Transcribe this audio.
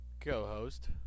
co-host